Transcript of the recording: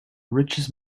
richest